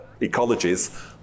ecologies